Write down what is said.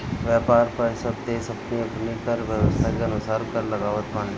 व्यापार पअ सब देस अपनी अपनी कर व्यवस्था के अनुसार कर लगावत बाने